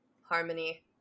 Harmony